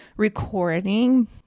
recording